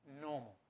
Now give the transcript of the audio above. normal